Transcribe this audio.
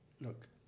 Look